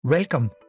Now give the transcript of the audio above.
Welcome